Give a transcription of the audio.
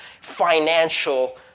financial